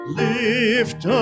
lift